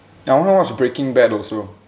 I want to watch breaking bad also